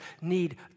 need